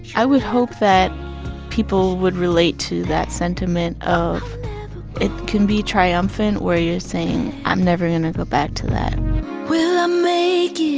i would hope that people would relate to that sentiment of it can be triumphant where you're saying, i'm never going to go back to that will i make it?